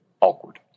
awkward